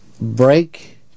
break